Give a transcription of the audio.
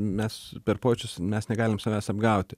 mes per pojūčius mes negalim savęs apgauti